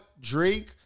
Drake